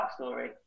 backstory